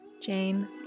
Jane